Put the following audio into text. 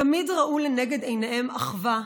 תמיד ראו לנגד עיניהם אחווה,